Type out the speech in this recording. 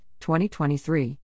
2023